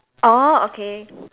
orh okay